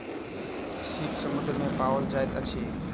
सीप समुद्र में पाओल जाइत अछि